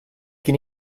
can